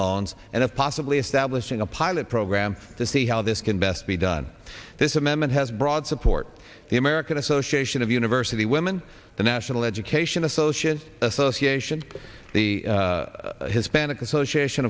loans and a possibly establishing a pilot program to see how this can best be done this amendment has broad support the american association of university women the national education association association the hispanic association